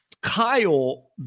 Kyle